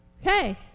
Okay